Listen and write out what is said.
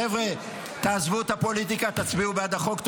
חבר'ה, תעזבו את הפוליטיקה, תצביעו בעד החוק.